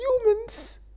humans